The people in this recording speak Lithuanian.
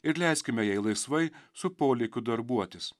ir leiskime jai laisvai su polėkiu darbuotis